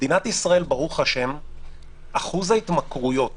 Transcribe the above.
אחוז ההתמכרויות